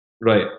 Right